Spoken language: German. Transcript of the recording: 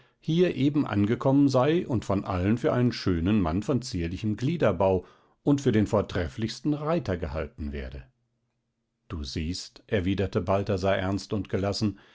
hier eben angekommen sei und von allen für einen schönen mann von zierlichem gliederbau und für den vortrefflichsten reiter gehalten werde du siehst erwiderte balthasar ernst und gelassen